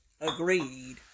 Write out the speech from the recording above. agreed